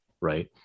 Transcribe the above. Right